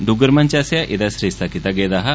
डुग्गर मंच आस्सेआ एह्दा सरिस्ता कीता गेदा हा